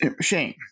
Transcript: shame